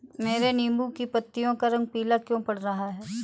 मेरे नींबू की पत्तियों का रंग पीला क्यो पड़ रहा है?